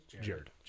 Jared